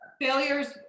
failures